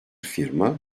firma